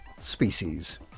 species